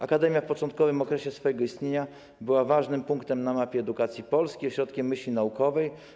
Akademia w początkowym okresie swojego istnienia była ważnym punktem na mapie edukacji Polski, ośrodkiem myśli naukowej.